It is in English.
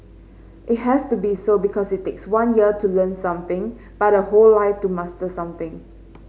it has to be so because it takes one year to learn something but a whole life to master something